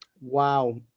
Wow